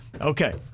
Okay